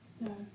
No